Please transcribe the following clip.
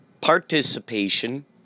participation